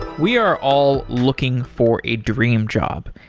we are all looking for a dream job,